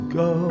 go